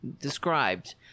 Described